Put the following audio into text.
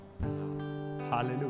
Hallelujah